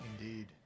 Indeed